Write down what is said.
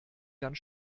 ganz